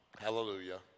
Hallelujah